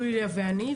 יוליה ואני,